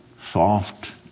soft